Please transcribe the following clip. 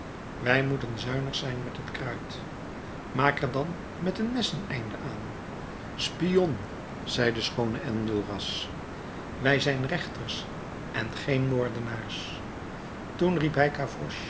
wij moeten zuinig zijn met het kruit maak er dan met een mes een einde aan spion zei de schoone enjolras wij zijn rechters en geen moordenaars toen riep hij